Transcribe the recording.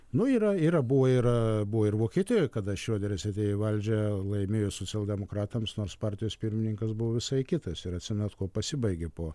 nu yra yra buvę yra buvę ir vokietijoj kada šrioderis atėjo į valdžią laimėjus socialdemokratams nors partijos pirmininkas buvo visai kitas ir atsimenat kuo pasibaigė po